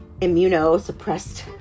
immunosuppressed